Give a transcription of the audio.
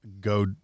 go